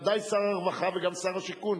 וודאי שר הרווחה וגם שר השיכון